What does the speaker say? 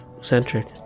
centric